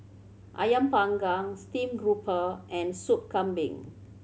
Ayam Panggang steamed grouper and Sup Kambing